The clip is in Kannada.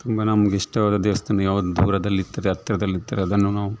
ತುಂಬ ನಮ್ಗೆ ಇಷ್ಟವಾದ ದೇವಸ್ಥಾನ ಯಾವ್ದು ದೂರದಲ್ಲಿರ್ತದೆ ಹತ್ತಿರದಲ್ಲಿರ್ತದೆ ಅದನ್ನು ನಾವು